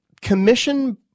commission